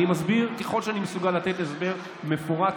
אני מסביר ככל שאני מסוגל לתת הסבר מפורט,